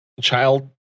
child